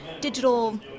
digital